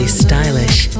stylish